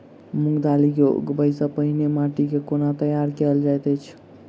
मूंग दालि केँ उगबाई सँ पहिने माटि केँ कोना तैयार कैल जाइत अछि?